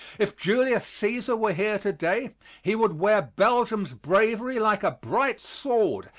if julius caesar were here today he would wear belgium's bravery like a bright sword,